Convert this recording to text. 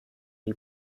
die